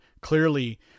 clearly